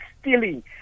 stealing